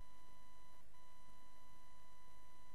ובמקום